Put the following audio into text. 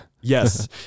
Yes